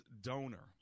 donor